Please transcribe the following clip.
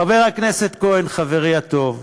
חבר הכנסת כהן, חברי הטוב,